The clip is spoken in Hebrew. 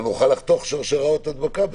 אבל נוכל לחתוך שרשראות הדבקה.